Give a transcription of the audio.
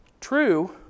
True